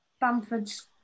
Bamford's